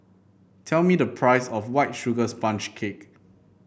tell me the price of White Sugar Sponge Cake